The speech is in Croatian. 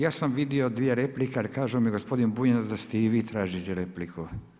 Ja sam vidio 2 replike, ali kažu mi gospodin Bunjac, da ste i vi tražili repliku?